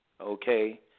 okay